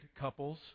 couples